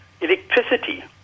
electricity